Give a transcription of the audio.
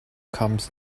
comes